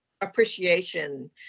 appreciation